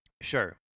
Sure